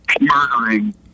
murdering